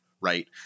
right